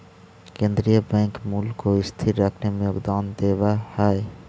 केन्द्रीय बैंक मूल्य को स्थिर रखने में योगदान देवअ हई